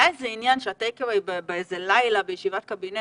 היה איזה עניין שהטייק-אווי באיזה לילה בישיבת קבינט